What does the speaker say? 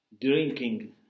drinking